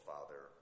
Father